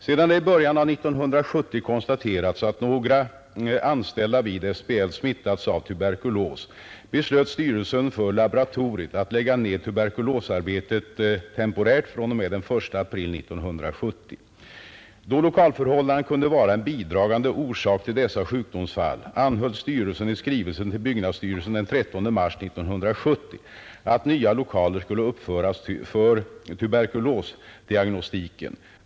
Sedan det i början av 1970 konstaterats att några anställda vid SBL smittats av tuberkulos beslöt styrelsen för laboratoriet att lägga ned tuberkulosarbetet temporärt fr.o.m. den 1 april 1970. Då lokalförhållandena kunde vara en bidragande orsak till dessa sjukdomsfall anhöll styrelsen i skrivelse till byggnadsstyrelsen den 13 mars 1970, att nya lokaler skulle uppföras för tuberkulosdiagnostiken.